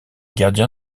gardien